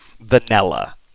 vanilla